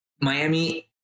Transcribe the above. Miami